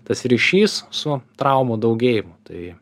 tas ryšys su traumų daugėjimu tai